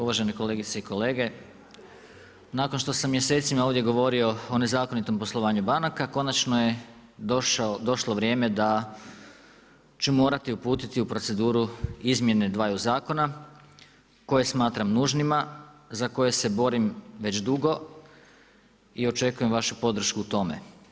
Uvažene kolegice i kolege, nakon što sam mjesecima ovdje govorio o nezakonitom poslovanju banaka, konačno je došlo vrijeme da ću morati uputiti u proceduru izmjenu dvaju zakona, koje smatram nužnima, za koje se borim već dugo i očekujem vašu podršku u tome.